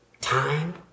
Time